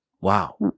Wow